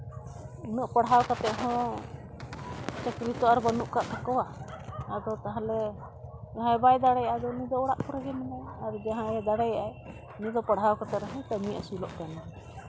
ᱩᱱᱟᱹᱜ ᱯᱟᱲᱦᱟᱣ ᱠᱟᱛᱮ ᱦᱚᱸ ᱪᱟᱹᱠᱨᱤ ᱛᱚ ᱟᱨ ᱵᱟᱹᱱᱩᱜ ᱠᱟᱜ ᱛᱟᱠᱚᱣᱟ ᱟᱫᱚ ᱛᱟᱦᱚᱞᱮ ᱡᱟᱦᱟᱸᱭ ᱵᱟᱭ ᱫᱟᱲᱮᱭᱟᱜᱼᱟ ᱩᱱᱤ ᱫᱚ ᱚᱲᱟᱜ ᱠᱚᱨᱮ ᱜᱮ ᱢᱮᱱᱟᱭᱟ ᱟᱨ ᱡᱟᱦᱟᱸᱭᱮ ᱫᱟᱲᱮᱭᱟᱜᱼᱟᱭ ᱩᱱᱤ ᱫᱚ ᱯᱟᱲᱦᱟᱣ ᱠᱟᱛᱮ ᱨᱮᱦᱚᱸ ᱠᱟᱹᱢᱤ ᱟᱹᱥᱩᱞᱚᱜ ᱠᱟᱱᱟᱭ